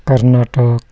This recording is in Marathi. कर्नाटक